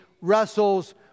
wrestles